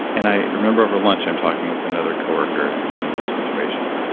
and i remember over lunch, i'm talking with another coworker in a similar situation,